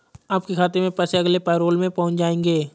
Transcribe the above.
आपके खाते में पैसे अगले पैरोल में पहुँच जाएंगे